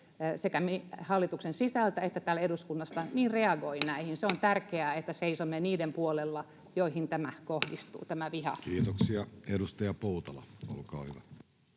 sekä hallituksen sisältä että täältä eduskunnasta, reagoi näihin. Se on tärkeää, että seisomme niiden puolella, joihin tämä viha kohdistuu. Kiitoksia. — Edustaja Poutala, olkaa hyvä.